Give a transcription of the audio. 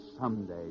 someday